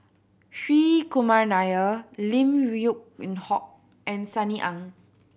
Hri Kumar Nair Lim Yew Hock and Sunny Ang